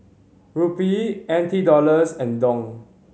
Rupee N T Dollars and Dong